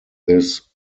this